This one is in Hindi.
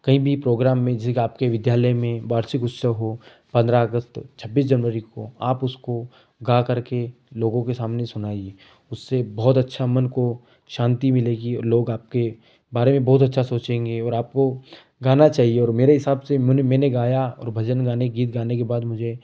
कहीं भी प्रोग्राम म्यूज़िक आपके विद्यालय में वार्षिक उत्सव हो पंद्रह अगस्त छब्बीस जनवरी को आप उसको गा करके लोगों के सामने सुनाइए उससे बहुत अच्छा मन को शांति मिलेगी और लोग आपके बारे में बहुत अच्छा सोचेंगे और आपको गाना चाहिए और मेरे हिसाब से मने मैंने गाया और भजन गाने गीत गाने के बाद मुझे